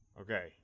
okay